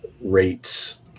rates